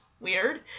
weird